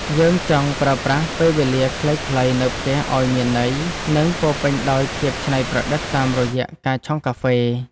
យើងចង់ប្រើប្រាស់ពេលវេលាខ្លីៗនៅផ្ទះឱ្យមានន័យ និងពោរពេញដោយភាពច្នៃប្រឌិតតាមរយៈការឆុងកាហ្វេ។